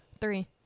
three